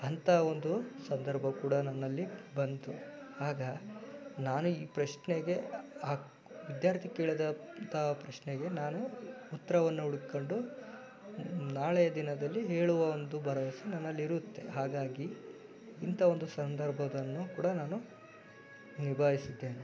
ಅಂತ ಒಂದು ಸಂದರ್ಭ ಕೂಡ ನನ್ನಲ್ಲಿ ಬಂತು ಆಗ ನಾನು ಈ ಪ್ರಶ್ನೆಗೆ ಆ ವಿದ್ಯಾರ್ಥಿ ಕೇಳಿದಂಥ ಪ್ರಶ್ನೆಗೆ ನಾನು ಉತ್ತರವನ್ನ ಹುಡುಕ್ಕೊಂಡು ನಾಳೆಯ ದಿನದಲ್ಲಿ ಹೇಳುವ ಒಂದು ಭರವಸೆ ನನ್ನಲ್ಲಿರುತ್ತೆ ಹಾಗಾಗಿ ಇಂಥ ಒಂದು ಸಂದರ್ಭವನ್ನು ಕೂಡ ನಾನು ನಿಭಾಯಿಸಿದ್ದೇನೆ